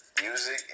Music